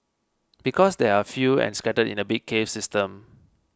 because they are few and scattered in a big cave system